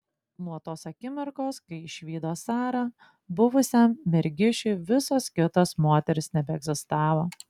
nuo tos akimirkos kai išvydo sarą buvusiam mergišiui visos kitos moterys nebeegzistavo